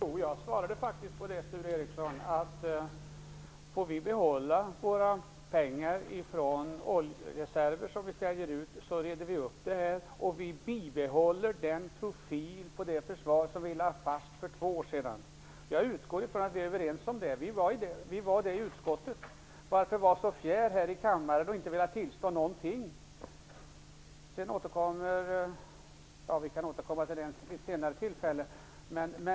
Herr talman! Jo, jag sade faktiskt, Sture Ericson, att om vi får behålla våra pengar från reserver som vi säljer ut så reder vi upp det här. Och vi bibehåller den profil på det försvar som vi lade fast för två år sedan. Jag utgår från att vi är överens om det -- vi var det i utskottet. Varför är man så fjär här i kammaren och vill inte tillstå någonting?